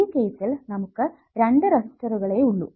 ഈ കേസ്സിൽ നമുക്ക് രണ്ടു റെസിസ്റ്ററുകളെ ഉള്ളു